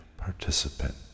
participant